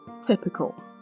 Typical